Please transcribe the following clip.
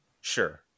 sure